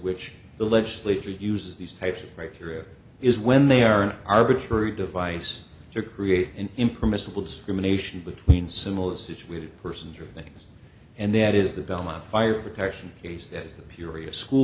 which the legislature uses these types of criteria is when they are an arbitrary device to create an impermissible discrimination between similar situated persons or things and that is the belmont fire protection case